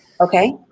Okay